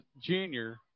junior